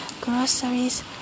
groceries